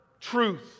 truth